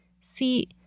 See